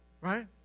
Right